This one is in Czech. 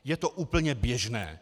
Je to úplně běžné.